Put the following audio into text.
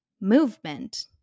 movement